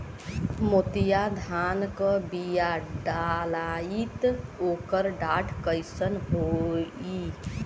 मोतिया धान क बिया डलाईत ओकर डाठ कइसन होइ?